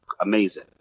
amazing